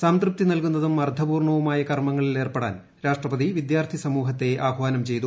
സംതൃപ്തി നൽകുന്നതും അർത്ഥപൂർണ്ണവുമായ കർമ്മങ്ങളിൽ ഏർപ്പെടാൻ രാഷ്ട്രപതി വിദ്യാർത്ഥി സമൂഹത്തെ ആഹ്വാനം ചെയ്തു